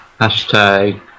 Hashtag